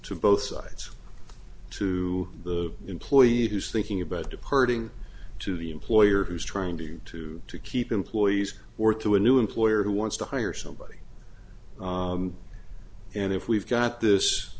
to both sides to the employee who's thinking about departing to the employer who's trying to do to keep employees or to a new employer who wants to hire somebody and if we've got this